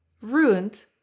Ruined